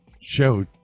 show